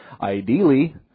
Ideally